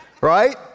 right